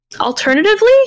alternatively